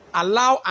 allow